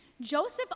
Joseph